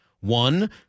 One